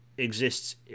exists